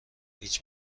هیچ